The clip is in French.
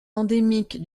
endémique